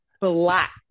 black